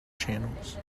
channels